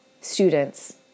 students